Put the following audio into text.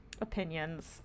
opinions